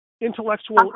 intellectual